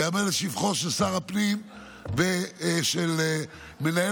וייאמר לשבחו של שר הפנים ושל מנהל